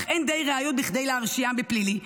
אך אין די ראיות בכדי להרשיעם בפלילי,